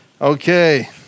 Okay